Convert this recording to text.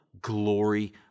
glory